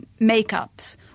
makeups